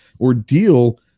ordeal